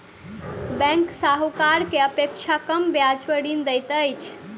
bank साहूकार के अपेक्षा कम ब्याज पर ऋण दैत अछि